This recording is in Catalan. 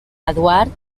eduard